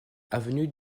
avenue